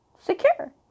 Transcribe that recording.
secure